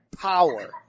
power